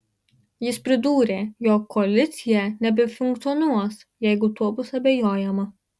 jis pridūrė jog koalicija nebefunkcionuos jeigu tuo bus abejojama